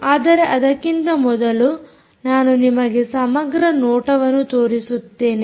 ಆದರೆ ಅದಕ್ಕಿಂತ ಮೊದಲು ನಾನು ನಿಮಗೆ ಸಮಗ್ರ ನೋಟವನ್ನು ತೋರಿಸುತ್ತೇನೆ